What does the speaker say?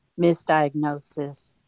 misdiagnosis